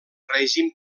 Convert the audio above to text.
règim